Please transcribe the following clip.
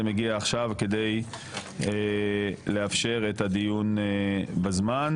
מגיע עכשיו כדי לאפשר את הדיון בזמן,